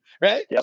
right